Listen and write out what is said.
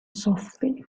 softly